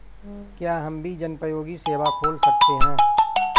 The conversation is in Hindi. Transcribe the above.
क्या हम भी जनोपयोगी सेवा खोल सकते हैं?